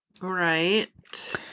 Right